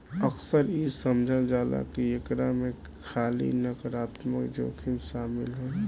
अक्सर इ समझल जाला की एकरा में खाली नकारात्मक जोखिम शामिल होला